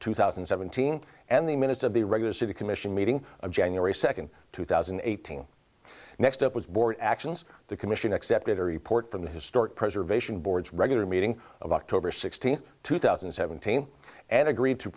two thousand and seventeen and the minutes of the regular city commission meeting january second two thousand and eighteen next up was board actions the commission accepted a report from the historic preservation board's regular meeting of october sixteenth two thousand and seventeen and agreed to